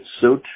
suit